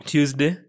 Tuesday